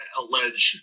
allege